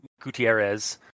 Gutierrez